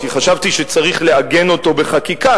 כי חשבתי שצריך לעגן אותו בחקיקה,